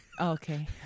Okay